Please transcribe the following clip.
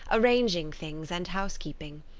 arranging things and housekeeping.